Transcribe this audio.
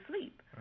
sleep